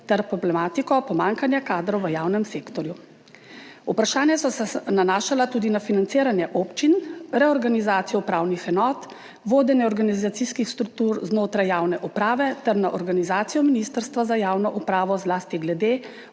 ter problematiko pomanjkanja kadrov v javnem sektorju. Vprašanja so se nanašala tudi na financiranje občin, reorganizacijo upravnih enot, vodenje organizacijskih struktur znotraj javne uprave ter na organizacijo Ministrstva za javno upravo, zlasti glede